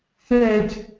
third,